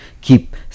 keep